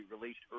released